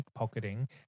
pickpocketing